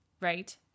Right